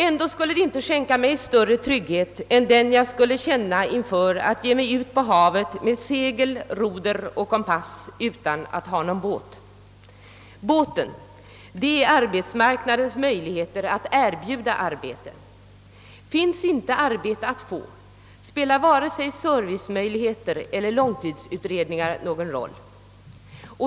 ändå skulle det inte skänka mig större trygghet än den jag skulle känna inför att ge mig ut på havet med segel, roder och kompass utan att ha någon båt. Båten, det är arbetsmarknadens möjligheter att erbjuda arbete. Finns inte arbete att få spelar varken servicemöjligheter eller långtidsutredningar någon roll.